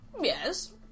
Yes